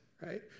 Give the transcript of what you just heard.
right